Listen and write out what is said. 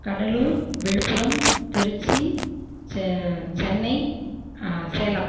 கடலூர் விழுப்புரம் திருச்சி சே சென்னை சேலம்